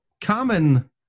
common